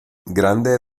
grande